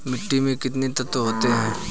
मिट्टी में कितने तत्व होते हैं?